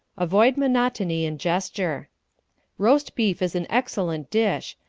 avoid monotony in gesture roast beef is an excellent dish,